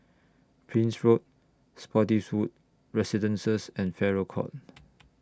Prince Road Spottiswoode Residences and Farrer Court